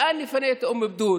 לאן נפנה את אום אלבדון?